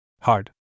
Hard